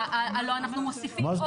הלא אנחנו מוסיפים עוד דירות.